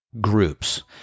groups